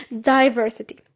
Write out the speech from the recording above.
diversity